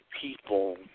people